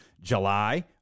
July